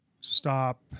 stop